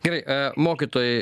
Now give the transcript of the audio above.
gerai mokytojai